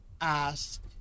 ask